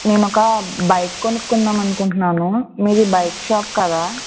నేను ఒక బైక్ కొనుక్కుందామని అనుకుంటున్నాను మీది బైక్ షాప్ కదా